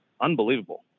unbelievable